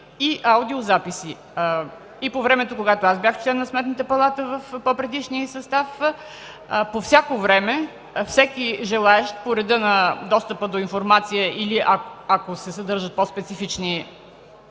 и аудиозаписи, както по времето, когато аз бях член на Сметната палата в по-предишния й състав. По всяко време, всеки желаещ, по реда на достъпа до информация или за някои по-специфични